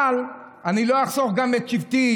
אבל אני לא אחסוך את שבטי